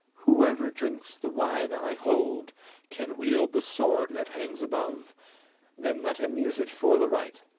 whoever drinks the wine i hold can wield the sword that hangs above then let him use it for the right,